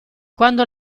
quando